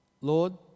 Lord